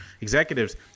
executives